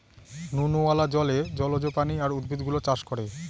নুনওয়ালা জলে জলজ প্রাণী আর উদ্ভিদ গুলো চাষ করে